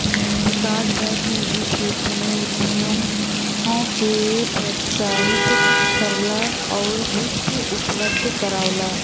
विकास bank निजी क्षेत्र में उद्यमों के प्रोत्साहित करला आउर वित्त उपलब्ध करावला